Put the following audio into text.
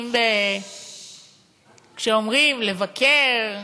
כשאומרים לבקר,